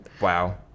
wow